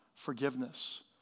Forgiveness